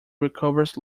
recovers